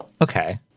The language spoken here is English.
Okay